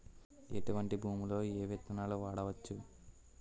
ఎటువంటి భూమిలో ఏ విత్తనాలు వాడవచ్చు?